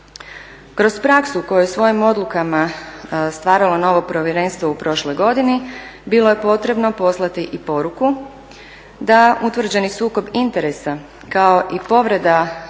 Kroz praksu, koju je svojim odlukama stvaralo novo povjerenstvo u prošloj godini, bilo je potrebno poslati i poruku da utvrđeni sukob interesa kao i povreda